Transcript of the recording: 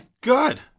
good